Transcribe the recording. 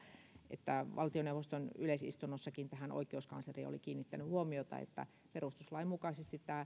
että valtioneuvoston yleisistunnossa oikeuskanslerikin oli kiinnittänyt huomiota tähän että perustuslain mukaisesti